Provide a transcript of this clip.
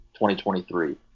2023